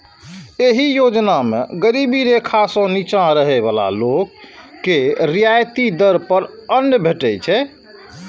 एहि योजना मे गरीबी रेखा सं निच्चा रहै बला लोक के रियायती दर पर अन्न भेटै छै